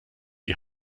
die